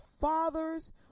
fathers